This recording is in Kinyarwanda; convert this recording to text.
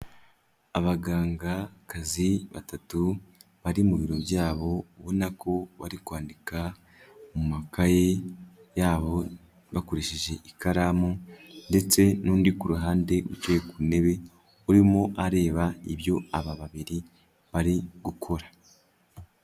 Abagangakazi batatu bari mu biro byabo ubona nako bari kwandika mu makaye yabo bakoresheje ikaramu ndetse n'undi ku ruhande wicaye ku ntebe urimo areba ibyo aba babiri bari gukora.